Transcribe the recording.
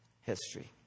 history